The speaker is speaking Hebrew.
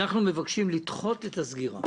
אנחנו מבקשים לדחות את הסגירה